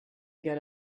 get